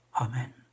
Amen